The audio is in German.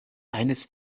eines